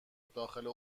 داخل